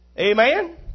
Amen